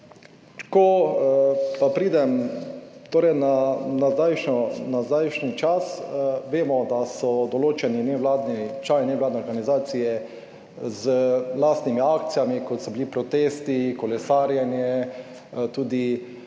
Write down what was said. Ko pa pridem na zdajšnji čas, vemo, da so določeni nevladni, člani nevladne organizacije z lastnimi akcijami kot so bili protesti, kolesarjenje, tudi